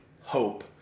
hope